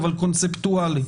אבל קונספטואלי.